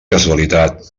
casualitat